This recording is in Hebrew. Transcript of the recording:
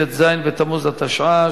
ט"ז בתמוז התשע"א,